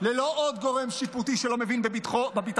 ללא עוד גורם שיפוטי שלא מבין בביטחון